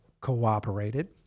cooperated